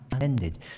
ended